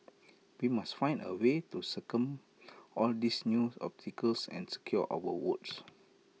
we must find A way to circum all these new obstacles and secure our votes